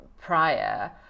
prior